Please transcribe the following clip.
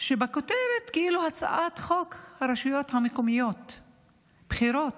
שבכותרת היא כאילו הצעת חוק הרשויות המקומיות (בחירות),